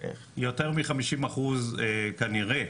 יותר מ-50% כנראה,